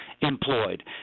employed